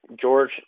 George